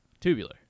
tubular